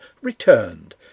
returned